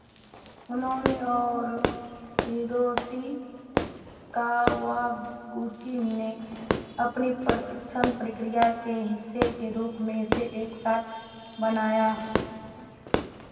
उन्होंने और Hiroshi Kawaguchi ने अपने प्रशिक्षण प्रक्रिया के हिस्से के रूप में इसे एक साथ बनाया